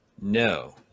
No